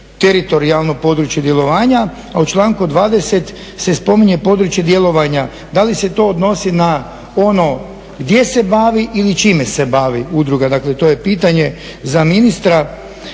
teritorijalno područje djelovanja, a u članku 20. se spominje područje djelovanja, da li se to odnosi na ono gdje se bavi ili čime se bavi udruga, dakle to je pitanje za ministra.A